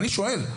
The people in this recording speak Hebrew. אני שואל,